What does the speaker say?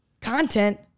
content